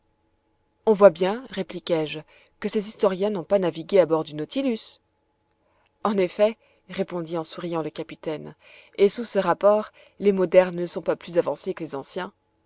on voit bien répliquai-je que ces historiens n'ont pas navigué à bord du nautilus en effet répondit en souriant le capitaine et sous ce rapport les modernes ne sont pas plus avancés que les anciens